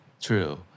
True